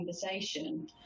conversation